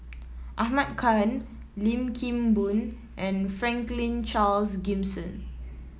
Ahmad Khan Lim Kim Boon and Franklin Charles Gimson